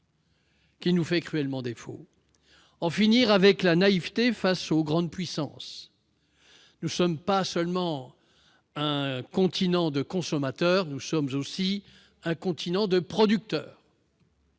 qui nous fait cruellement défaut. Il faut en finir avec la naïveté face aux grandes puissances, nous ne sommes pas seulement un continent de consommateurs, mais aussi un continent de producteurs.